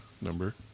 number